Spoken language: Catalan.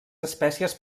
espècies